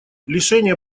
лишение